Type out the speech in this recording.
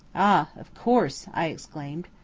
ah! of course, i exclaimed.